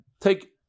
take